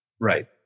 Right